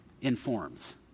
informs